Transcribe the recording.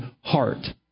heart